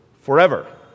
forever